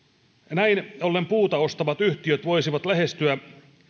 näin ollen puuta ostavat yhtiöt voisivat lähestyä